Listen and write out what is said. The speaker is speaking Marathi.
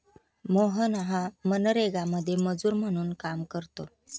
मोहन हा मनरेगामध्ये मजूर म्हणून काम करतो